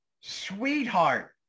sweetheart